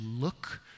look